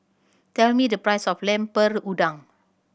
tell me the price of Lemper Udang